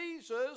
Jesus